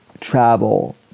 travel